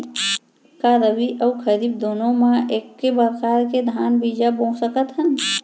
का रबि अऊ खरीफ दूनो मा एक्के प्रकार के धान बीजा बो सकत हन?